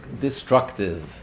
destructive